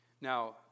Now